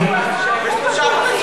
שנעשה בידי ממשלה